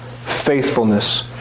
faithfulness